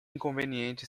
inconveniente